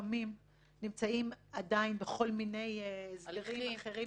לפעמים נמצאים עדיין בכל מיני הסדרים אחרים